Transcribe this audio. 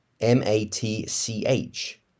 M-A-T-C-H